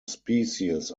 species